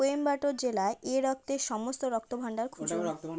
কোয়েম্বাটোর জেলায় এ রক্তের সমস্ত রক্তভাণ্ডার খুঁজুন